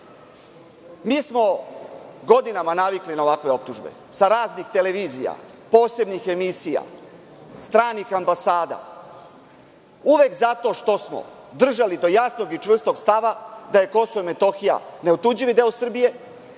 smo godinama navikli na ovakve optužbe sa raznih televizija, posebnih emisija, stranih ambasada, uvek zato što smo držali do jasnog i čvrstog stava da je Kosovo i Metohija neotuđivi deo Srbije.